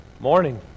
Morning